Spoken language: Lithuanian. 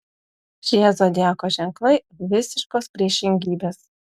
šie zodiako ženklai visiškos priešingybės